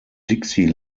dixie